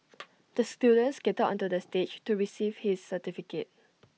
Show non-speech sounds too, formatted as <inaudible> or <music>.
<noise> the student skated onto the stage to receive his certificate